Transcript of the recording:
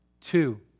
Two